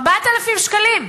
4,000 שקלים.